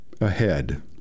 Ahead